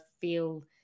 feel